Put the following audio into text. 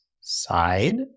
side